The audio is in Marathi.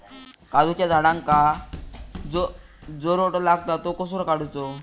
काजूच्या झाडांका जो रोटो लागता तो कसो काडुचो?